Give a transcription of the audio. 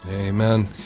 Amen